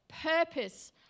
purpose